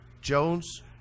Jones